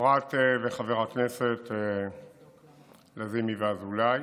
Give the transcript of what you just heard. חברת וחבר הכנסת לזימי ואזולאי,